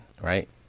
Right